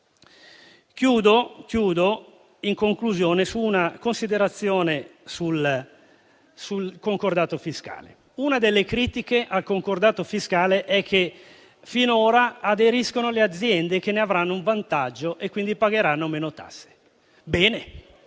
geniale. Concludo con una considerazione sul concordato fiscale. Una delle critiche al concordato fiscale è che finora vi aderiscono le aziende che ne avranno un vantaggio e quindi pagheranno meno tasse. Bene,